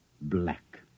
black